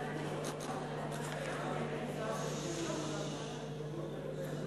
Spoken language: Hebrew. אדוני, יש לך שלוש דקות.